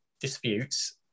disputes